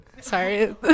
Sorry